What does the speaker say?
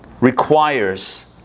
requires